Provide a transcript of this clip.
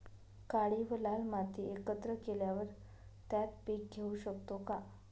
काळी व लाल माती एकत्र केल्यावर त्यात पीक घेऊ शकतो का?